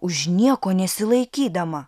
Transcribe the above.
už nieko nesilaikydama